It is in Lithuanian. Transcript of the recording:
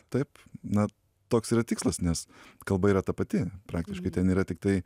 taip na toks yra tikslas nes kalba yra ta pati praktiškai ten yra tiktai